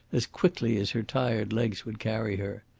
as quickly as her tired legs would carry her.